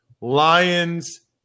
Lions